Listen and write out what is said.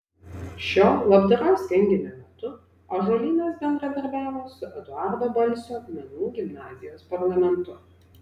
šio labdaros renginio metu ąžuolynas bendradarbiavo su eduardo balsio menų gimnazijos parlamentu